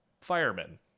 firemen